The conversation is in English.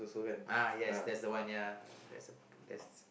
uh yes that's the one ya